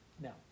Now